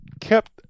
kept